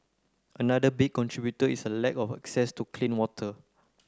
another big contributor is a lack of access to clean water